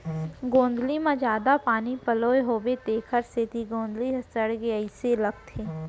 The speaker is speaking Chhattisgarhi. गोंदली म जादा पानी पलोए होबो तेकर सेती गोंदली ह सड़गे अइसे लगथे